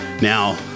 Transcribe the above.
Now